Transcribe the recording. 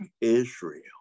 Israel